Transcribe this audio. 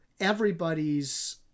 everybody's